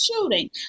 shooting